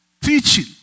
teaching